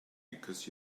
because